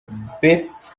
besse